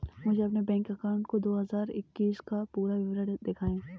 मुझे अपने bank account का दो हज़ार इक्कीस का पूरा विवरण दिखाएँ?